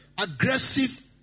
aggressive